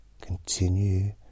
continue